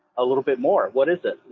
a little bit more? what is it,